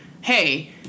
hey